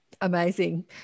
Amazing